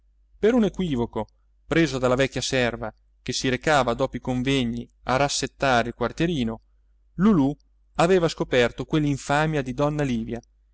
per un equivoco preso dalla vecchia serva che si recava dopo i convegni a rassettare il quartierino lulù aveva scoperto quell'infamia di donna livia